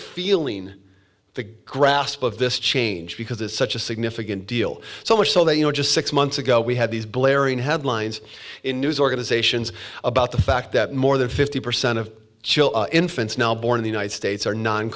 feeling the grasp of this change because it's such a significant deal so much so that you know just six months ago we had these blaring headlines in news organizations about the fact that more than fifty percent of infants now born in the united states are non